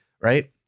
right